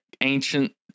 ancient